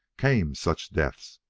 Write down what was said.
came such deaths.